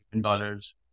dollars